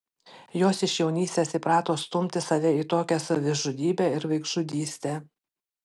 jos iš jaunystės įprato stumti save į tokią savižudybę ir vaikžudystę